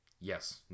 Yes